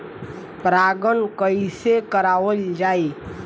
परागण कइसे करावल जाई?